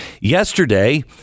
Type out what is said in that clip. yesterday